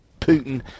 Putin